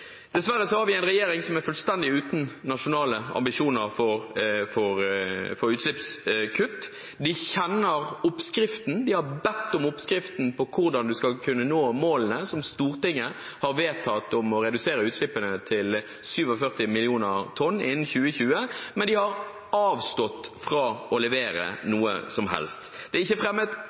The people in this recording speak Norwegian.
har vi en regjering som er fullstendig uten nasjonale ambisjoner for utslippskutt. De kjenner oppskriften, de har bedt om oppskriften på hvordan man skal kunne nå målene som Stortinget har vedtatt om å redusere utslippene til 47 mill. tonn innen 2020, men de har avstått fra å levere noe som helst. Det er ikke fremmet